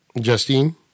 Justine